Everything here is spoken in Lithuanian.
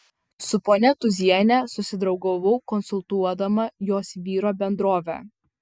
su ponia tūziene susidraugavau konsultuodama jos vyro bendrovę